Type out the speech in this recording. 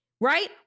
right